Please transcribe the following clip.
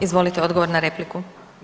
Izvolite odgovor na repliku.